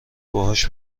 باهاش